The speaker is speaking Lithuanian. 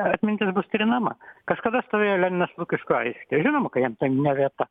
atmintis bus trinama kažkada stovėjo leninas lukiškių aikštėj žinoma kad jam ne vieta